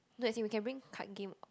no as in we can bring card game or not